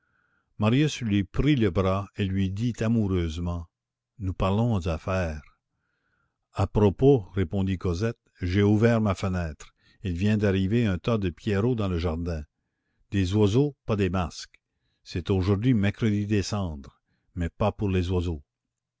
marius lui prit le bras et lui dit amoureusement nous parlons affaires à propos répondit cosette j'ai ouvert ma fenêtre il vient d'arriver un tas de pierrots dans le jardin des oiseaux pas des masques c'est aujourd'hui mercredi des cendres mais pas pour les oiseaux